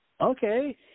Okay